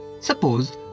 Suppose